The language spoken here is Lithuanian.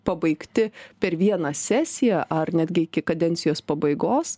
pabaigti per vieną sesiją ar netgi iki kadencijos pabaigos